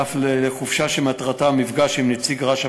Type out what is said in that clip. ואף לחופשה שמטרתה מפגש עם נציג רש"א